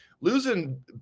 Losing